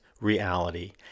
reality